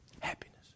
happiness